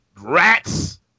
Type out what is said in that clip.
rats